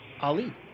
Ali